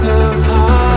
apart